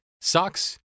socks